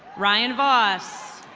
ryan vos.